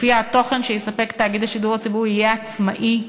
שלפיה התוכן שיספק תאגיד השידור הציבורי יהיה עצמאי,